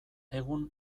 egun